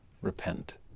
Repent